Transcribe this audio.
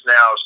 Now